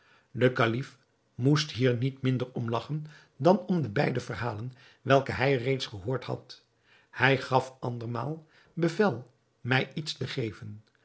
de kalif moest hier niet minder om lagchen dan om de beide verhalen welke hij reeds gehoord had hij gaf andermaal bevel mij iets te geven